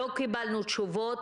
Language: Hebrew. לא קיבלנו תשובות.